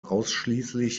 ausschließlich